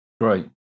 great